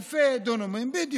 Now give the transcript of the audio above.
אלפי דונמים, אז